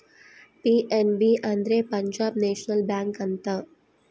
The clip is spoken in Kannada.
ಪಿ.ಎನ್.ಬಿ ಅಂದ್ರೆ ಪಂಜಾಬ್ ನೇಷನಲ್ ಬ್ಯಾಂಕ್ ಅಂತ